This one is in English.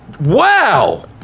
Wow